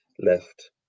left